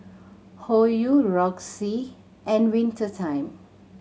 Hoyu Roxy and Winter Time